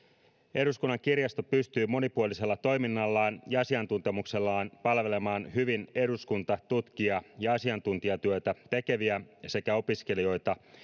eduskunnan kirjasto pystyy monipuolisella toiminnallaan ja asiantuntemuksellaan palvelemaan hyvin eduskunta tutkija ja asiantuntijatyötä tekeviä sekä opiskelijoita